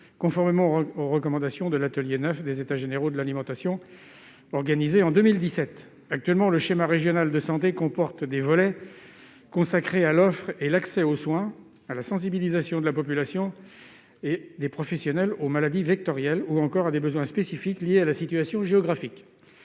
conformément aux recommandations de l'atelier 9 des États généraux de l'alimentation organisés en 2017. Actuellement, le schéma régional de santé comporte des volets consacrés à l'offre de soins et à l'accès aux soins, à la sensibilisation de la population et des professionnels aux maladies vectorielles ou encore à des besoins spécifiques liés à la situation géographique.